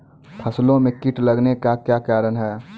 फसलो मे कीट लगने का क्या कारण है?